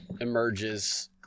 emerges